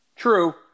True